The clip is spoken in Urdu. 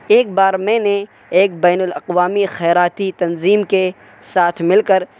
ایک بار میں نے ایک بین الاقوامی خیراتی تنظیم کے ساتھ مل کر